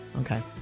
Okay